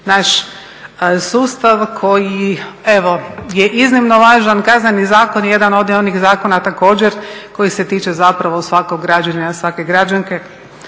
naš sustav koji evo je iznimno važan. Kazneni zakon je jedan od onih zakona također koji se tiče zapravo svakog građanina, svake građanke,